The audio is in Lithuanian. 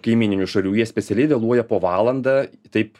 kaimyninių šalių jie specialiai vėluoja po valandą taip